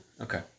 Okay